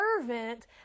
servant